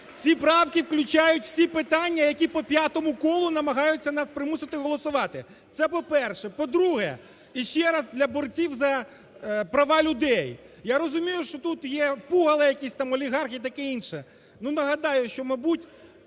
ці правки включають всі питання, які по п'ятому колу намагаються нас примусити голосувати. Це по-перше. По-друге, іще раз для борців за права людей, я розумію, що тут є пугала якісь там, олігархи і таке інше. Ну нагадаю, що, мабуть,